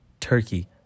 turkey